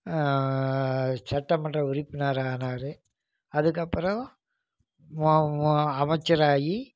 சட்டமன்ற உறுப்பினராக ஆனார் அதுக்குப்புறம் அமைச்சர் ஆகி